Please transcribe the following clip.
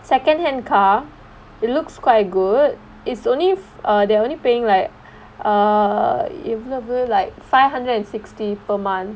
second hand car it looks quite good it's only err they're only paying like err எவ்வளவு:evvalavu like five hundred and sixty per month